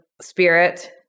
Spirit